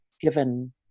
given